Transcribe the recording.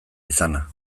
izana